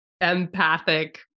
empathic